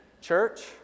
church